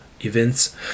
events